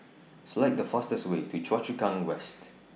Select The fastest Way to Choa Chu Kang West